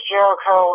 Jericho